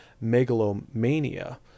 megalomania